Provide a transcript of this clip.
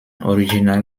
original